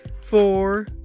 four